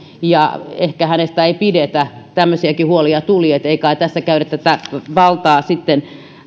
ja ehkä hänestä ei pidetä tämmöisiäkin huolia tuli että ei kai tässä käytetä tätä valtaa sitten